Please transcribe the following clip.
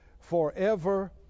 forever